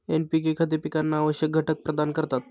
NPK खते पिकांना आवश्यक घटक प्रदान करतात